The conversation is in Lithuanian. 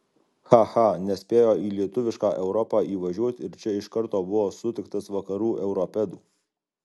cha cha nespėjo į lietuvišką europą įvažiuot ir čia iš karto buvo sutiktas vakarų europedų